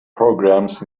programs